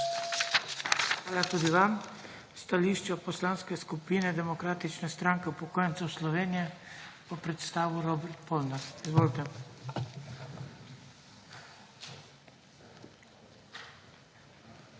Hvala tudi vam. Stališča Poslanske skupine Demokratične stranke upokojencev Slovenije bo predstavil Robert Polnar. Izvolite.